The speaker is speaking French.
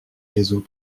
réseaux